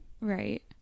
right